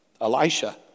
Elisha